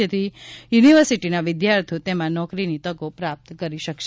જેથી યુનિવર્સિટીના વિદ્યાર્થીઓ તેમાં નોકરીની તકો પ્રાપ્ત થશે